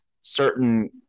certain